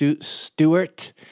Stewart